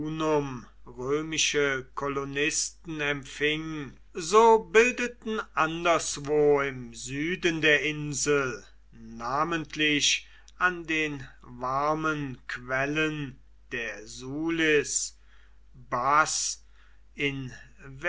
kolonisten empfing so bildeten anderswo im süden der insel namentlich an den warmen quellen der sulis bath in